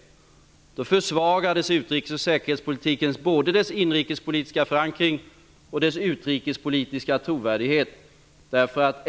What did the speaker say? Då försvagades utrikes och säkerhetspolitiken. Det gällde både den inrikespolitiska förankringen och den utrikespolitiska trovärdigheten.